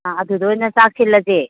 ꯑꯥ ꯑꯗꯨꯗ ꯑꯣꯏꯅ ꯆꯥꯛ ꯁꯤꯜꯂꯁꯦ